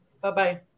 Bye-bye